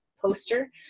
poster